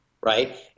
right